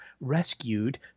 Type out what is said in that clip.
rescued